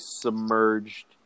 submerged